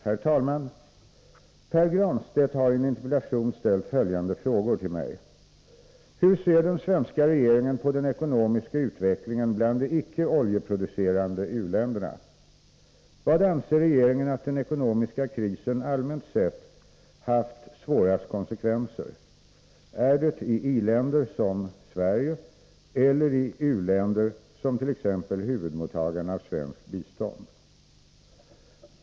Herr talman! Pär Granstedt har i en interpellation ställt följande frågor till mig: Hur ser den svenska regeringen på den ekonomiska utvecklingen bland de icke oljeproducerande u-länderna? Var anser regeringen att den ekonomiska krisen allmänt sett haft svårast konsekvenser — i i-länder som Sverige eller i u-länder som t.ex. huvudmottagarna av svenskt bistånd?